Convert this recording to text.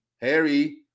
Harry